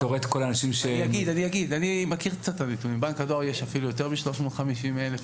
בבנק הדואר יש אפילו יותר מ-350,000.